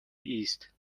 east